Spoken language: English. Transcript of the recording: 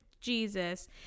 jesus